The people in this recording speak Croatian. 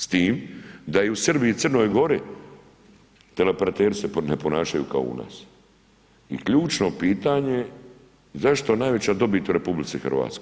S tim da i u Srbiji i Crnoj Gori teleoperateri se ne ponašaju kao u nas i ključno pitanje zašto najveća dobit u RH?